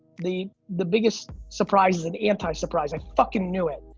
the the biggest surprise is an anti-surprise. i fucking knew it.